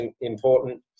important